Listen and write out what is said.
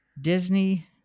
Disney